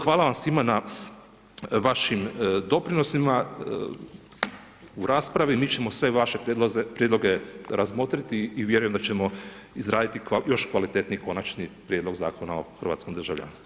Hvala vam svima na vašim doprinosima, u raspravi, mi ćemo sve vaše prijedloge razmotriti i vjerujem da ćemo izraditi još kvalitetniji konačni prijedlog Zakona o hrvatskom državljanstvu.